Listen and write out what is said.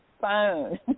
phone